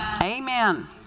Amen